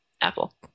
apple